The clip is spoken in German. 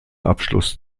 abschluss